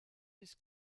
his